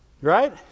Right